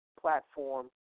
platform